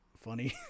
funny